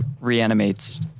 reanimates